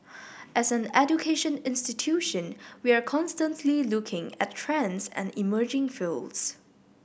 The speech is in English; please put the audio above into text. as an education institution we are constantly looking at trends and emerging fields